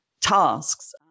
tasks